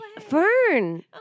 Fern